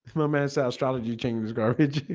my man's astrology changes girl,